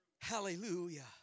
Hallelujah